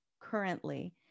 currently